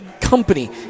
company